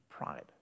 pride